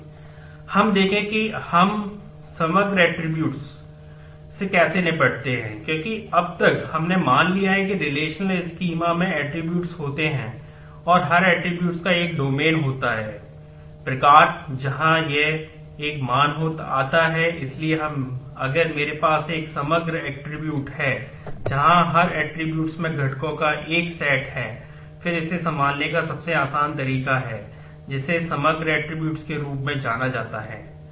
आइए हम देखें कि हम समग्र ऐट्रिब्यूट्स के रूप में जाना जाता है